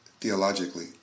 theologically